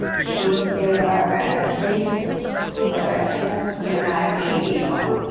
she used to give ah her her basement for us young irish people.